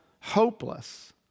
hopeless